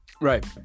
Right